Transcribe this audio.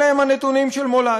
אלה הנתונים של מולד.